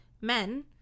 Men